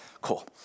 cool